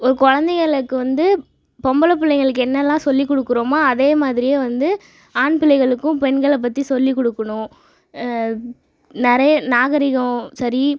ஒரு குழந்தைங்களுக்கு வந்து பொம்பளை பிள்ளைங்களுக்கு என்னெல்லாம் சொல்லி கொடுக்குறோமோ அதே மாதிரியே வந்து ஆண் பிள்ளைகளுக்கும் பெண்களை பற்றி சொல்லி கொடுக்குணும் நிறையே நாகரிகம் சரி